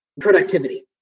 productivity